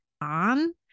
on